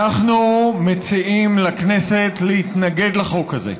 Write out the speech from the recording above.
אנחנו מציעים לכנסת להתנגד לחוק הזה.